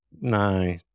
No